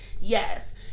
Yes